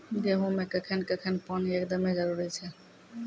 गेहूँ मे कखेन कखेन पानी एकदमें जरुरी छैय?